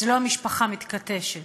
זה לא המשפחה מתכתשת.